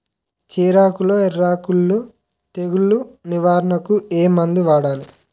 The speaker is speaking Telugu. చెఱకులో ఎర్రకుళ్ళు తెగులు నివారణకు ఏ మందు వాడాలి?